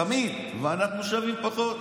תמיד, ואנחנו שווים פחות.